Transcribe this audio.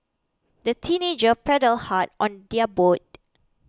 the teenagers paddled hard on their boat